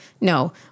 no